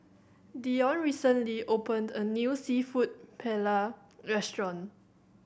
Deon recently opened a new Seafood Paella Restaurant